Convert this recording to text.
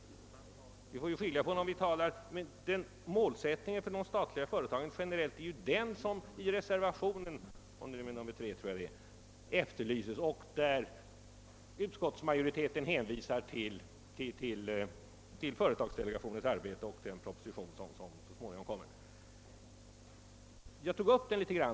Vi måste skilja på målsättningen för de statliga företagen generellt — alltså den som efterlyses i reservationen 3, där man talar om företagsdelegationens arbete — och den speciella målsättningen för det företag som vi behandlar i dag.